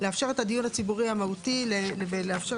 לאפשר את הדיון הציבורי המהותי ולאפשר